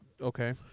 Okay